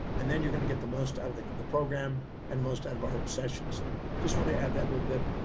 and then you're going to get the most out of the program and most out of a heart session. so just want to add that a little bit,